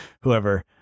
whoever